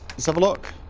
let's have a look